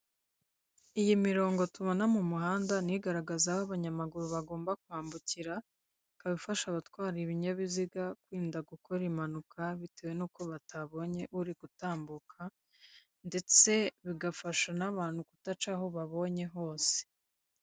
Iyi mirongo tubona mu muhanda, ni igaragaza aho abanyamaguru bagomba kwambukira, ikaba ifasha abatwara ibinyabiziga kwirinda gukora impanuka, bitewe n'uko batabonye uri gutambuka, ndetse bigafasha n'abantu kudaca aho babonye hose.